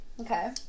Okay